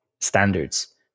standards